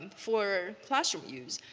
for classroom use.